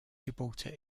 gibraltar